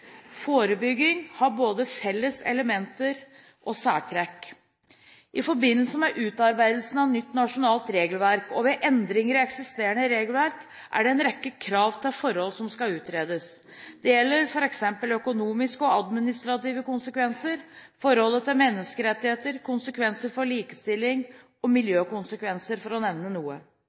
har både felles elementer og særtrekk. I forbindelse med utarbeidelse av nytt nasjonalt regelverk og ved endringer i eksisterende regelverk er det en rekke krav til forhold som skal utredes. Dette gjelder f.eks. økonomiske og administrative konsekvenser, forholdet til menneskerettighetene, konsekvenser for likestilling og miljøkonsekvenser, for å nevne